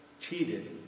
cheated